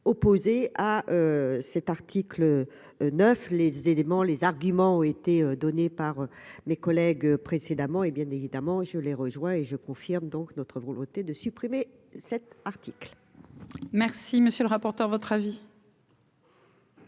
opposés à cet article 9 les éléments, les arguments ont été donnés par mes collègues précédemment et bien évidemment je les rejoins et je confirme donc notre volonté de supprimer cet article. Merci, monsieur le rapporteur, votre avis.